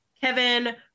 Kevin